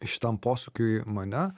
šitam posūkiui mane